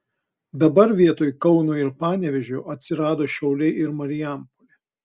dabar vietoj kauno ir panevėžio atsirado šiauliai ir marijampolė